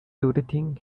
everything